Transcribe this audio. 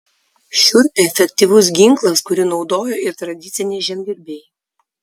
šiurpiai efektyvus ginklas kurį naudojo ir tradiciniai žemdirbiai